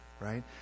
right